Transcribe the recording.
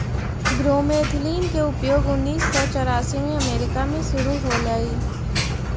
bromethalin के उपयोग उन्नीस सौ चौरासी में अमेरिका में शुरु होलई